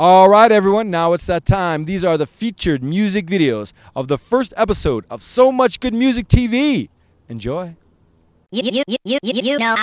all right everyone now it's that time these are the featured music videos of the first episode of so much good music t v enjoy you do you know